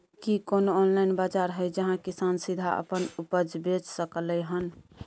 की कोनो ऑनलाइन बाजार हय जहां किसान सीधा अपन उपज बेच सकलय हन?